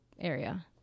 area